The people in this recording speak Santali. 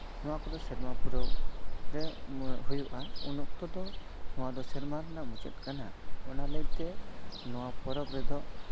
ᱱᱚᱣᱟ ᱠᱚᱫᱚ ᱥᱮᱨᱢᱟ ᱯᱩᱨᱟᱹᱣ ᱨᱮ ᱦᱩᱭᱩᱜᱼᱟ ᱩᱱ ᱫᱚ ᱱᱚᱣᱟ ᱫᱚ ᱥᱮᱨᱣᱟ ᱨᱮᱱᱟᱜ ᱢᱩᱪᱟᱹᱫ ᱠᱟᱱᱟ ᱚᱱᱟ ᱞᱟᱹᱭᱛᱮ ᱱᱚᱣᱟ ᱯᱚᱨᱚᱵᱽ ᱨᱮᱫᱚ